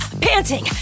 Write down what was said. panting